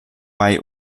bei